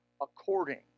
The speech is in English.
according